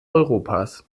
europas